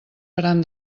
faran